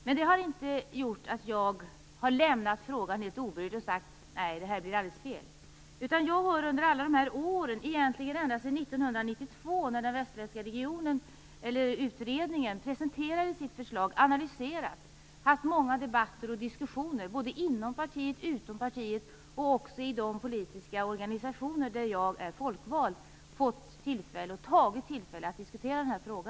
Men det har inte gjort att jag har lämnat frågan helt oberörd och sagt: Nej, det här blir alldeles fel. I stället har jag under alla dessa år, egentligen ända sedan 1992 när den västsvenska utredningen presenterade sitt förslag, haft tillfälle att analysera och föra många debatter och diskussioner, såväl inom partiet som utom partiet och i de politiska organisationer där jag är med som folkvald.